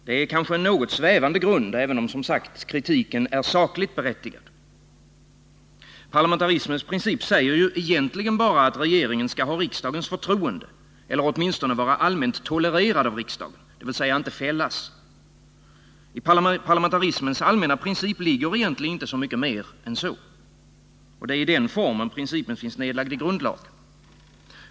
Det är kanske en något svävande grund, även om — som sagt — kritiken är sakligt berättigad. Parlamentarismens princip säger ju egentligen bara att regeringen skall ha riksdagens förtroende eller åtminstone vara allmänt tolererad av riksdagen, dvs. inte fällas. I parlamentarismens allmänna princip ligger egentligen inte mycket mer än så. Det är i den formen principen finns nedlagd i grundlagen.